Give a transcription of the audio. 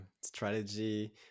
strategy